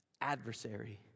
adversary